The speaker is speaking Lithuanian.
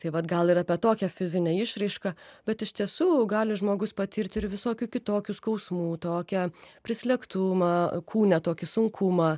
tai vat gal ir apie tokią fizinę išraišką bet iš tiesų gali žmogus patirti ir visokių kitokių skausmų tokią prislėgtumą kūne tokį sunkumą